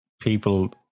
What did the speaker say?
people